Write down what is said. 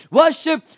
worship